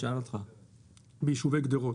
ביישובי גדרות.